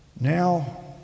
Now